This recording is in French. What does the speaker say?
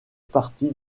partie